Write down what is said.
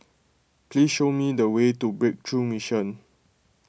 please show me the way to Breakthrough Mission